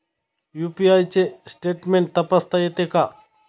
UPI चे statement तपासता येते का?